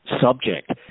subject